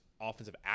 offensive